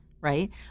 Right